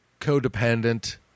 codependent